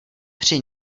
při